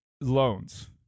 loans